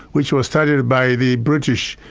which was started by the british,